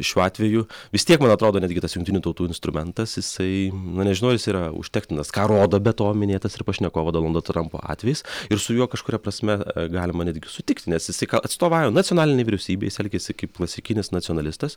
šiuo atveju vis tiek man atrodo netgi tas jungtinių tautų instrumentas jisai na nežinau jis yra užtektinas ką rodo be to minėtas ir pašnekovo donaldo trampo atvejis ir su juo kažkuria prasme a galima netgi sutikt nes jisai ka atstovauja nacionalinei vyriausybei jis elgiasi kaip klasikinis nacionalistas